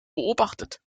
beobachtet